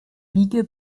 wiege